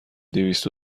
دویست